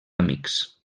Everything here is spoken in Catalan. amics